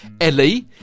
Ellie